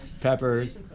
peppers